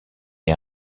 est